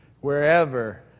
wherever